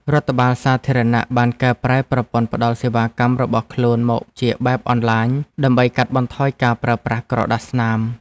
រដ្ឋបាលសាធារណៈបានកែប្រែប្រព័ន្ធផ្តល់សេវាកម្មរបស់ខ្លួនមកជាបែបអនឡាញ ដើម្បីកាត់បន្ថយការប្រើប្រាស់ក្រដាសស្នាម។